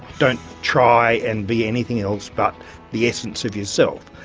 don't try and be anything else but the essence of yourself.